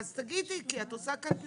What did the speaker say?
תגידי, כי את עושה כאן פרסומת.